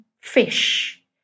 fish